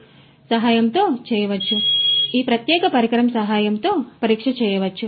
కాబట్టి ఇది సహాయంతో చేయవచ్చు ఈ ప్రత్యేక పరికరం సహాయంతో పరీక్ష చేయవచ్చు